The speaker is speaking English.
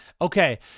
Okay